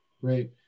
Great